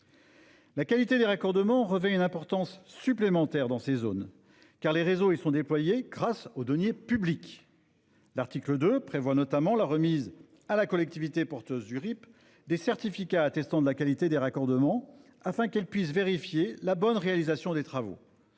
La qualité des raccordements revêt en effet une importance supplémentaire dans ces zones, car les réseaux y sont déployés grâce aux deniers publics. L'article 2 prévoit notamment la remise à la collectivité porteuse du RIP des certificats attestant de la qualité des raccordements afin que celle-ci puisse vérifier la bonne réalisation des travaux.